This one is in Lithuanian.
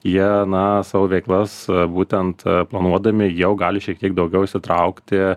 jie na savo veiklas būtent planuodami jau gali šiek tiek daugiau įsitraukti